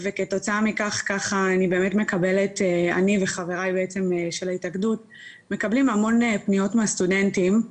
וכתוצאה מכך אני וחבריי בהתאגדות מקבלים המון פניות מהסטודנטים.